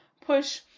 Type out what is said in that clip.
push